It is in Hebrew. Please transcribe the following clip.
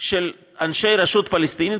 של אנשי הרשות הפלסטינית,